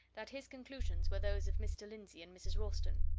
that his conclusions were those of mr. lindsey and mrs. ralston.